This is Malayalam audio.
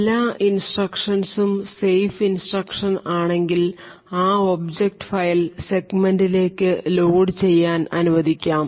എല്ലാ ഇൻസ്ട്രക്ഷൻ ഉം സേഫ് ഇൻസ്ട്രക്ഷൻ ആണെങ്കിൽ ആ ഒബ്ജക്റ്റ് ഫയൽ സെഗ്മെൻറിലേക്ക് ലോഡ് ചെയ്യാൻ അനുവദിക്കാം